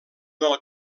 del